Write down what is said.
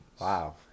Wow